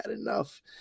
enough